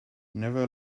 never